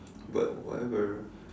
but whatever